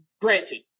granted